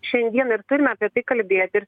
šiandien ir turime apie tai kalbėt ir